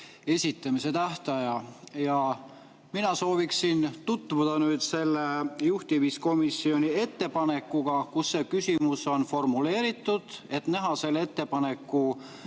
esitamise tähtaja. Ja mina sooviksin tutvuda juhtimiskomisjoni ettepanekuga, kus see küsimus on formuleeritud. Tahan näha selle ettepaneku